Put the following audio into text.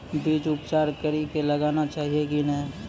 बीज उपचार कड़ी कऽ लगाना चाहिए कि नैय?